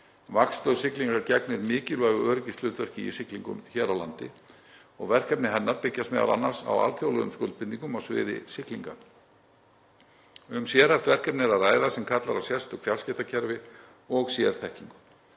Vaktstöð siglinga gegnir mikilvægu öryggishlutverki í siglingum hér á landi og verkefni hennar byggjast m.a. á alþjóðlegum skuldbindingum á sviði siglinga. Um sérhæft verkefni er að ræða sem kallar á sérstök fjarskiptakerfi og sérþekkingu.